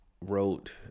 wrote